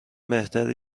بهتره